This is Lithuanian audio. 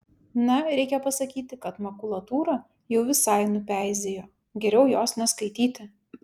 na reikia pasakyti kad makulatūra jau visai nupeizėjo geriau jos neskaityti